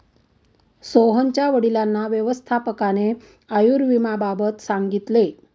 सोहनच्या वडिलांना व्यवस्थापकाने आयुर्विम्याबाबत सांगितले